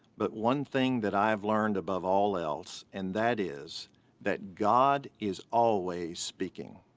but one thing that i've learned above all else, and that is that god is always speaking.